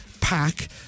pack